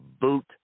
boot